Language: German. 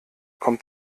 kommt